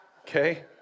Okay